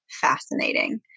fascinating